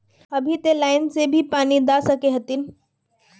अभी ते लाइन से भी पानी दा सके हथीन?